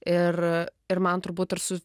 ir ir man turbūt ir su